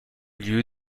lieu